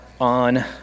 on